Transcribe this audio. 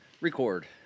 Record